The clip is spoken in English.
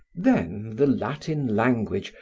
then the latin language,